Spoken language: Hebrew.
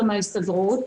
מההסתדרות.